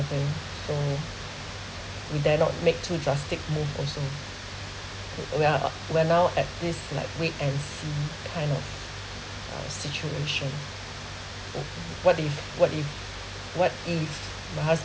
thing so we dare not make too drastic move also yeah we are now at this like wait and see kind of uh situation what if what if what if my husband